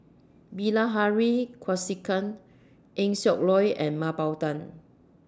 Bilahari Kausikan Eng Siak Loy and Mah Bow Tan